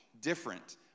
different